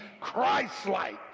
Christ-like